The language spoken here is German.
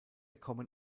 kommen